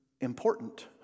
important